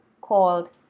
called